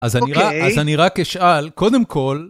אז אני רק אשאל, קודם כל...